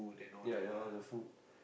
ya you all love food